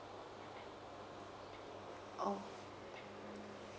oh